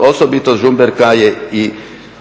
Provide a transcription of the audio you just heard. Osobitost Žumberka je i što